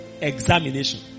examination